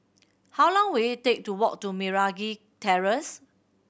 how long will it take to walk to Meragi Terrace